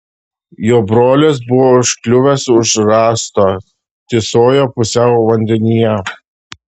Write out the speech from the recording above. jo brolis buvo užkliuvęs už rąsto tysojo pusiau vandenyje